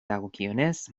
dagokionez